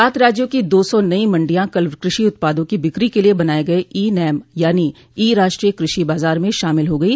सात राज्यों की दो सौ नई मंडियां कल कृषि उत्पादों की बिक्री के लिए बनाए गए ई नैम यानी ई राष्ट्रीय कृषि बाजार में शामिल हो गई